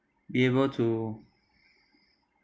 be able to